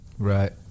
Right